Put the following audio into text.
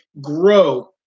grow